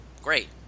Great